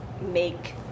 make